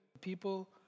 people